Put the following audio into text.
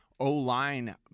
O-line